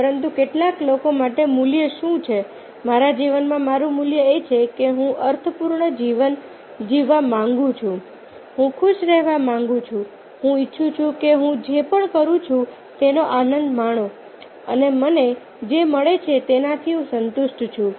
પરંતુ કેટલાક લોકો માટે મૂલ્ય શું છે મારા જીવનમાં મારું મૂલ્ય એ છે કે હું અર્થપૂર્ણ જીવન જીવવા માંગુ છું હું ખુશ રહેવા માંગુ છું હું ઇચ્છું છું કે હું જે પણ કરું છું તેનો આનંદ માણો અને મને જે મળે છે તેનાથી હું સંતુષ્ટ છું